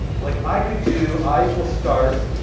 like i could do i equals start,